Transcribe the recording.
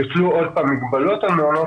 יוטלו שוב מגבלות על מעונות,